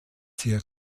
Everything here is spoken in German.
sehr